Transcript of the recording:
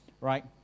right